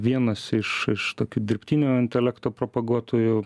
vienas iš iš tokių dirbtinio intelekto propaguotojų